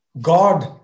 God